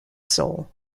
soul